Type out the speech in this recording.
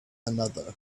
another